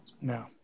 No